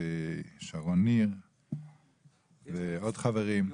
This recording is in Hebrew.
שרון ניר ועוד חברים.